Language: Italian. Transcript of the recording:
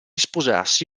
sposarsi